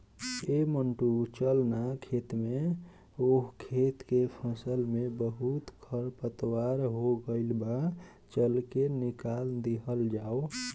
ऐ मंटू चल ना खेत में ओह खेत के फसल में बहुते खरपतवार हो गइल बा, चल के निकल दिहल जाव